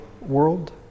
world